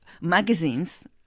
magazines